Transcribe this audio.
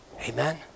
Amen